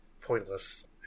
pointless